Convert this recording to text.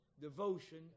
devotion